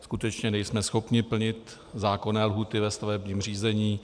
Skutečně nejsme schopni plnit zákonné lhůty ve stavebním řízení.